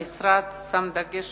המשרד שם דגש